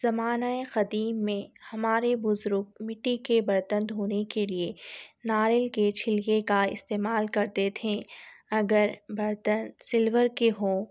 زمانۂ قدیم میں ہمارے بزرگ مٹی کے برتن دھونے کے لیے ناریل کے چھلکے کا استعمال کرتے تھے اگر برتن سلور کے ہوں